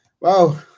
wow